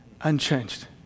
unchanged